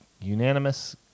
unanimous